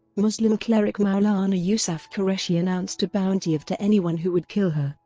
muslim cleric maulana yousaf qureshi announced a bounty of to anyone who would kill her.